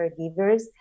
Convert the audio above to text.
caregivers